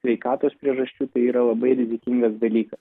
sveikatos priežasčių tai yra labai rizikingas dalykas